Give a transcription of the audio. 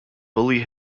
bully